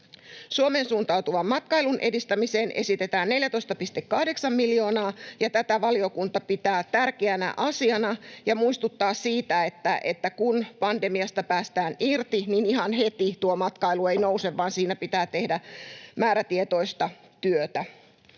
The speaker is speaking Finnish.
Suomeen suuntautuvan matkailun edistämiseen esitetään 14,8 miljoonaa, ja tätä valiokunta pitää tärkeänä asiana ja muistuttaa siitä, että kun pandemiasta päästään irti, ihan heti tuo matkailu ei nouse, vaan siinä pitää tehdä määrätietoista työtä.